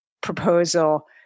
proposal